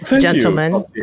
Gentlemen